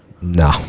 No